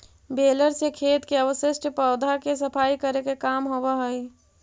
baler से खेत के अवशिष्ट पौधा के सफाई करे के काम होवऽ हई